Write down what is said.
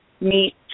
meet